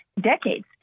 decades